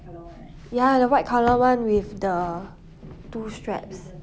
ya the white colour [one] with the two straps